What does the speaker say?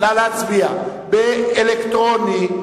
נא להצביע, באלקטרוני.